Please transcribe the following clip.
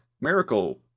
miracle